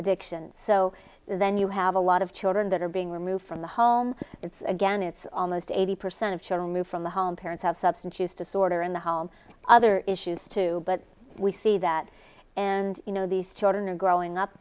ddiction so then you have a lot of children that are being removed from the home it's again it's almost eighty percent of children move from the home parents have substance use disorder in the home other issues too but we see that and you know these children are growing up